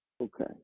Okay